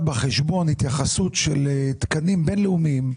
בחשבון התייחסות של תקנים בין לאומיים.